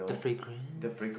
the frequent